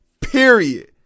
period